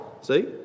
See